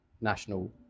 national